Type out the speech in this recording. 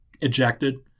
ejected